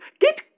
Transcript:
Get